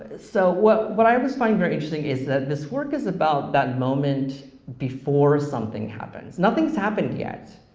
so what what i always find very interesting is that this work is about that moment before something happens. nothing's happened yet,